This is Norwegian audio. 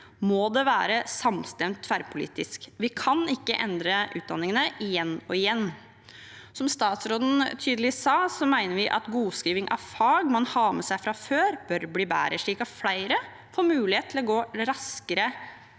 må det være samstemt tverrpolitisk. Vi kan ikke endre utdanningene igjen og igjen. Som statsråden tydelig sa, mener vi at godskriving av fag man har med seg fra før, bør bli bedre, slik at flere får mulighet til å gå raskere